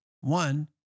one